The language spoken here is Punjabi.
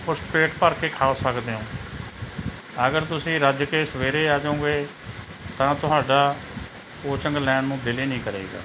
ਕੁਛ ਪੇਟ ਭਰ ਕੇ ਖਾ ਸਕਦੇ ਹੋ ਅਗਰ ਤੁਸੀਂ ਰੱਜ ਕੇ ਸਵੇਰੇ ਆ ਜਾਓਗੇ ਤਾਂ ਤੁਹਾਡਾ ਕੋਚਿੰਗ ਲੈਣ ਨੂੰ ਦਿਲ ਹੀ ਨਹੀਂ ਕਰੇਗਾ